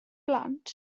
blant